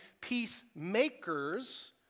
peacemakers